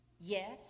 yes